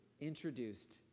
introduced